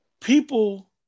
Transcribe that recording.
people